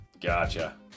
Gotcha